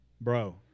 bro